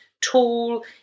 tall